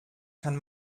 kann